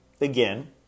again